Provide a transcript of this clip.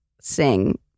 sing